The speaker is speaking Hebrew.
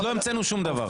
לא המצאנו שום דבר.